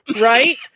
Right